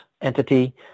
entity